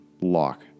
lock